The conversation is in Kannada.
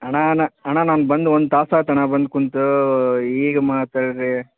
ಅಣ್ಣ ನಾ ಅಣ್ಣ ನಾನು ಬಂದು ಒಂದು ತಾಸು ಆತಣ್ಣ ಬಂದು ಕುಂತು ಈಗ ಮಾಡ್ತಾರೆ